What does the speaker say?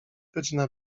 godzina